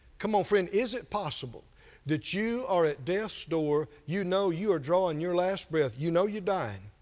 come on friend, is it possible that you are at death's door, you know you're drawing your last breath, you know you're dying,